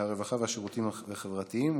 הרווחה והשירותים החברתיים.